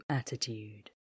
attitude